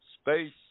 space